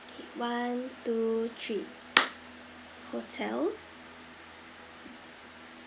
one two three hotel